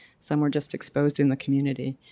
somewhere just exposed in the community.